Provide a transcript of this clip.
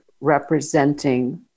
representing